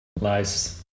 Nice